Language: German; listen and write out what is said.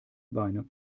beine